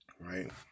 right